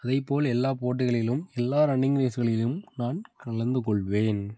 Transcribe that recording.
அதை போல் எல்லா போட்டிகளிலும் எல்லா ரன்னிங் ரேஸ்களிலும் நான் கலந்து கொள்வேன்